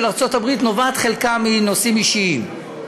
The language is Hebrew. ארצות-הברית נובעת בחלקה מנושאים אישיים?